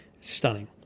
stunning